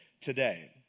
today